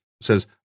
says